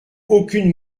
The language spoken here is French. aucune